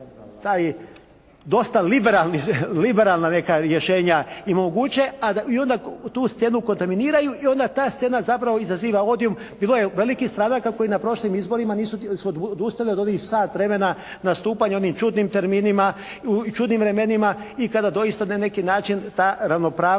liberalni, liberalna neka rješenja im omoguće a da, i onda tu scenu kontaminiraju i onda ta scena zapravo izaziva odium. Bilo je velikih stranaka koje na prošlim izborima nisu, su odustali od onih sat vremena nastupanja u onim čudnim terminima i čudnim vremenima i kada doista na neki način ta ravnopravnost